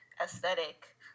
aesthetic